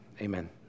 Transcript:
Amen